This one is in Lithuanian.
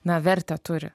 na vertę turi